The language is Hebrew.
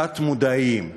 תת-מודעיים.